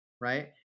right